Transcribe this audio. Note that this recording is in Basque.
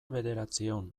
bederatziehun